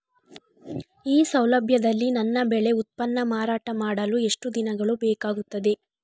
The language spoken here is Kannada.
ಈ ಸೌಲಭ್ಯದಲ್ಲಿ ನನ್ನ ಬೆಳೆ ಉತ್ಪನ್ನ ಮಾರಾಟ ಮಾಡಲು ಎಷ್ಟು ದಿನಗಳು ಬೇಕಾಗುತ್ತದೆ?